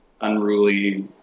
unruly